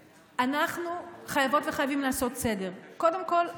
אנחנו חייבות וחייבים לעשות סדר: קודם כול,